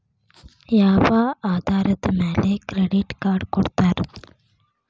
ಯಾವ ಆಧಾರದ ಮ್ಯಾಲೆ ಕ್ರೆಡಿಟ್ ಕಾರ್ಡ್ ಕೊಡ್ತಾರ?